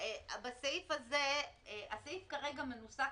כרגע הסעיף מנוסח